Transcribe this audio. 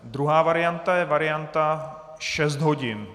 Druhá varianta je varianta šest hodin.